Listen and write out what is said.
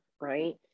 right